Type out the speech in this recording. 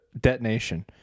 detonation